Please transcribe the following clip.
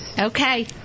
Okay